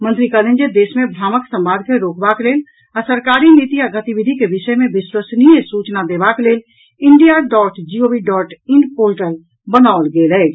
मंत्री कहलनि जे देश मे भ्रामक संवाद के रोकबाक लेल आ सरकारी नीति आ गतिविधि के विषय मे विश्वसनीय सूचना देबाक लेल India dot G O V dot in portal बनाओल गेल अछि